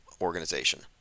organization